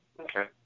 Okay